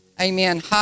Amen